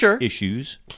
issues